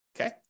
okay